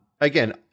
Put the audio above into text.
Again